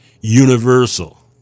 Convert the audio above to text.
Universal